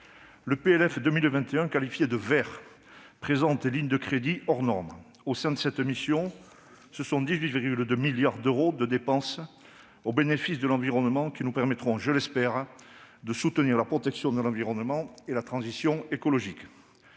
le PLF pour 2021, qualifié de « vert », présente des lignes de crédits hors-normes. Au sein de cette mission, ce sont 18,2 milliards d'euros de dépenses au bénéfice de l'environnement qui nous permettront, je l'espère, de soutenir la protection de l'environnement et la transition écologique.